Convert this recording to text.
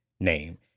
name